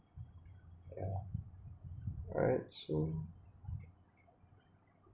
yeah alright soon